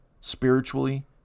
spiritually